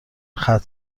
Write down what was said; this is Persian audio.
ختم